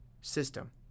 system